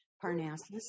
Parnassus